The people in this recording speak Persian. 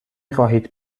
خواهید